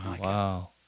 Wow